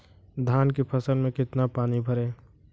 धान की फसल में कितना पानी भरें?